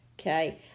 Okay